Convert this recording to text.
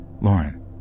Lauren